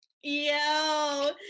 Yo